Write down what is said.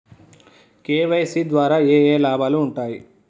KYC ద్వారా ఏఏ లాభాలు ఉంటాయి?